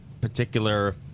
particular